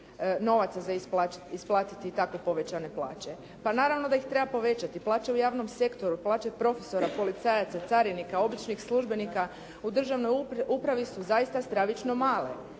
novaca za isplatiti takve povećane plaće. Pa naravno da ih treba povećati, plaće u javnom sektoru, plaće profesora, policajaca, carinika, običnih službenika u državnoj upravi su zaista stravično male,